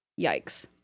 yikes